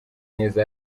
neza